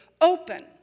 open